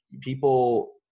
people